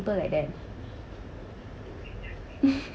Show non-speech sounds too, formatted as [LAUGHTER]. like that [LAUGHS]